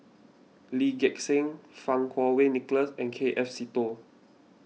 Lee Gek Seng Fang Kuo Wei Nicholas and K F Seetoh